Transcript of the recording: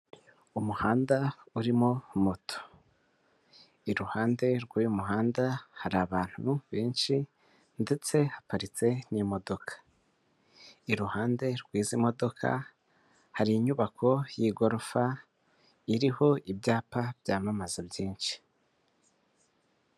Umuhanda urimo moto iruhande rw'uyu muhanda hari abantu benshi ndetse haparitse n'imodoka, iruhande rw'izi modoka hari inyubako y'igorofa iriho ibyapa byamamaza byinshi.